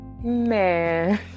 man